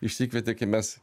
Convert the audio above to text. išsikvietė kai mes